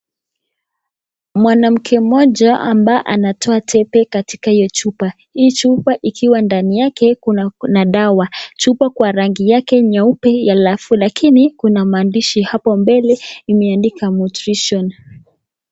Mwanamke mmoja ambaye anatoa tembe katika hiyo chupa hii chupa ikiwa ndani yake kuna dawa chupa kwa rangi yake nyeupe lakini kuna maandishi hapo mbele imeandikwa mutrition .